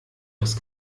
das